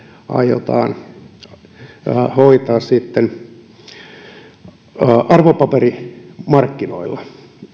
aiotaan sitten hoitaa arvopaperimarkkinoilla